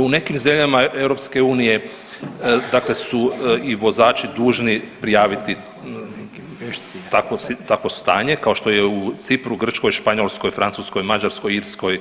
U nekim zemljama EU, dakle su i vozači dužni prijaviti tako stanje, kao što je u Cipru, Grčkoj, Španjolskoj, Francuskoj, Mađarskoj, Irskoj,